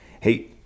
Hey